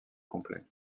complet